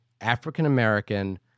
African-American